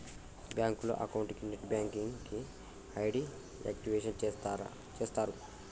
బ్యాంకులో అకౌంట్ కి net banking కి ఐడి యాక్టివేషన్ చేస్తరు